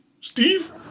Steve